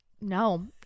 no